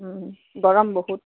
গৰম বহুত